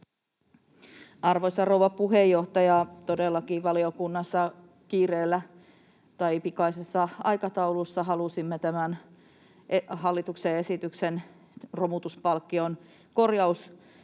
Arvoisa rouva puheenjohtaja! Todellakin valiokunnassa pikaisessa aikataulussa halusimme tehdä tämän hallituksen esityksen, romutuspalkkion korjauspaketin